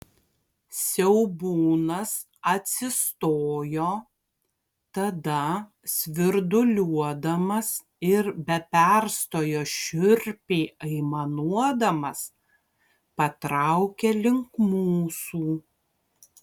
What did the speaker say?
siaubūnas atsistojo tada svirduliuodamas ir be perstojo šiurpiai aimanuodamas patraukė link mūsų